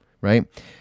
Right